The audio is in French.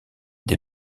des